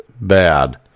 bad